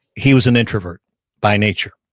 he was an introvert by nature.